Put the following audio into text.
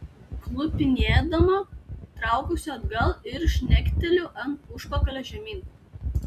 klupinėdama traukiuosi atgal ir žnekteliu ant užpakalio žemyn